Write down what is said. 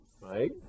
right